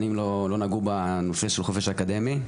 במשך שנים לא נגעו בנושא החופש האקדמי.